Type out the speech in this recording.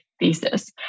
thesis